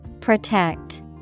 Protect